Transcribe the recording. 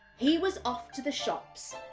he was off to the shops.